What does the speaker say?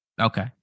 Okay